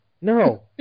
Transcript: No